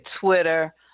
Twitter